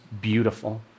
beautiful